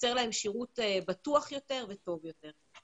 לייצר להם שירות בטוח יותר וטוב יותר.